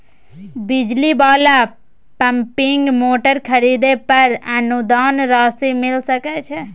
बिजली वाला pumping motor खरीदे पर अनुदान राशि मिल सके छैय?